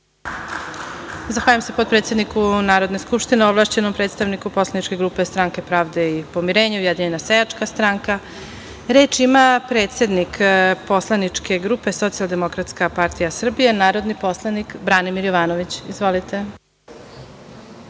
Zahvaljujem se potpredsedniku Narodne skupštine, ovlašćenom predstavniku poslaničke grupe Stranke pravde i pomirenja, Ujedinjena seljačka stranka. Reč ima predsednik poslaničke grupe Socijaldemokratska partija Srbije narodni poslanik Branimir Jovanović. Izvolite.